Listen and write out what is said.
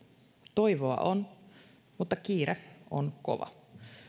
toivoa on mutta kiire on kova